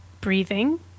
Breathing